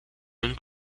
único